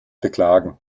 beklagen